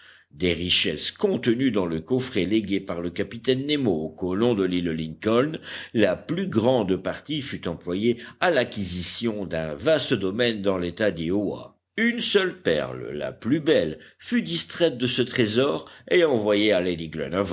des richesses contenues dans le coffret légué par le capitaine nemo aux colons de l'île lincoln la plus grande partie fut employée à l'acquisition d'un vaste domaine dans l'état d'iowa une seule perle la plus belle fut distraite de ce trésor et envoyée